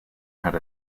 had